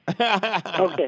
Okay